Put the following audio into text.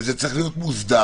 זה צריך להיות מוסדר.